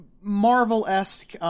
Marvel-esque